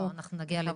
לא, אנחנו נגיע לדיון.